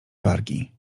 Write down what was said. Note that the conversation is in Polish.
wargi